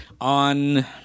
on –